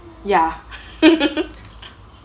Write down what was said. ya